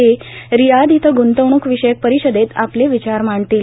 ते रियाध इथं ग्रंतवणूक विषयक परिषदेत आपले विचार मांडतील